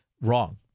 wrong